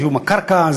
זיהום הקרקע,